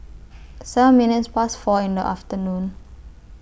seven minutes Past four in The afternoon